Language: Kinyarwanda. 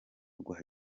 rwa